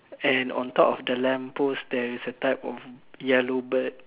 and on top of the lamp post there is a type of yellow bird